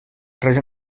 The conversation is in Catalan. res